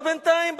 אבל בינתיים,